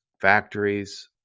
factories